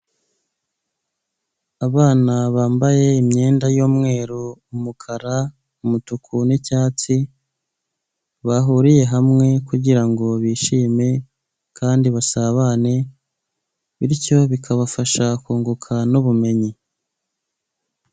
Abana bambaye imyenda y'umweru, umukara, umutuku, n'icyatsi bahuriye hamwe kugirango bishime kandi basabane bityo bikabafasha kunguka n'ubumenyi.